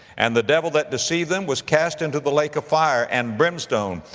and the devil that deceived them was cast into the lake of fire and brimstone,